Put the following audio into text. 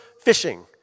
fishing